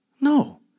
No